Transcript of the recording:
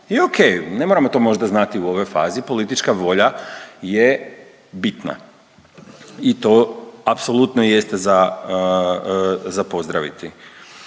I okej, ne moramo to možda znati u ovoj fazi, politička volja je bitna i to apsolutno jeste za, za pozdraviti.